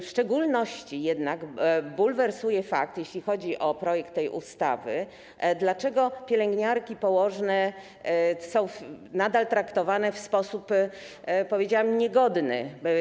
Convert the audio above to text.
W szczególności jednak bulwersuje fakt, jeśli chodzi o projekt tej ustawy, dlaczego pielęgniarki i położone są nadal traktowane w sposób, powiedziałabym, niegodny.